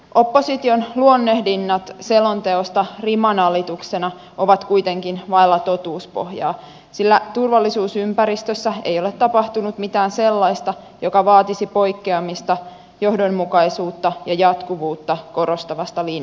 opposition luonnehdinnat selonteosta rimanalituksena ovat kuitenkin vailla totuuspohjaa sillä turvallisuusympäristössä ei ole tapahtunut mitään sellaista mikä vaatisi poikkeamista johdonmukaisuutta ja jatkuvuutta korostavasta linjasta